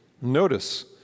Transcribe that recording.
Notice